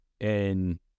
And-